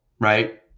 right